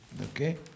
okay